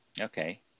Okay